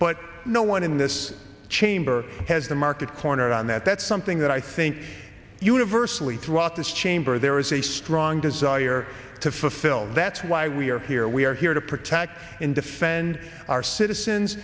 but no one in this chamber has the market cornered on that that's something that i think universally throughout this chamber there is a strong desire to fulfill that's why we are here we are here to protect and defend our citizens